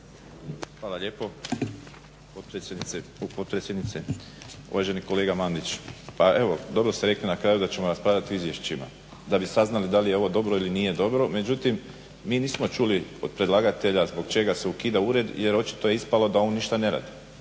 Hvala lijepo potpredsjednice. Uvaženi kolega Mandić, pa evo dobro ste rekli na kraju da ćemo raspravljati o izvješćima da bi saznali da li je ovo dobro ili nije dobro. Međutim, mi nismo čuli od predlagatelja zbog čega se ukida ured, jer očito je ispalo da on ništa ne radi.